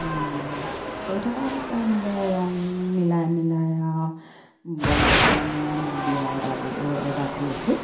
এনেকৈ কৰি থকা হৈছে এনেকৈ ৰং মিলাই মিলাই আৰু বনাই পিনে নিয়া মই বিয়া অৰ্ডাবোৰ অৰ্ডাৰটো লৈছোঁ